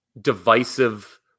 Divisive